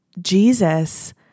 Jesus